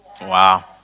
Wow